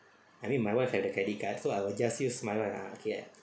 I mean my wife had a credit card so I will just use my wife lah ya